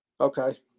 Okay